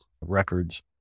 records